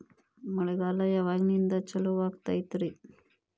ಮಳೆಗಾಲ ಯಾವಾಗಿನಿಂದ ಚಾಲುವಾಗತೈತರಿ?